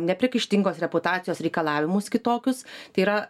nepriekaištingos reputacijos reikalavimus kitokius tai yra